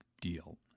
deal